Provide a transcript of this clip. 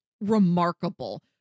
remarkable